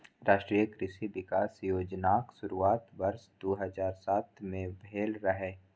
राष्ट्रीय कृषि विकास योजनाक शुरुआत वर्ष दू हजार सात मे भेल रहै